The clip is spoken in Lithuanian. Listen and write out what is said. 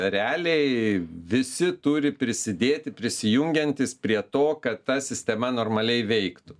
realiai visi turi prisidėti prisijungiantys prie to kad ta sistema normaliai veiktų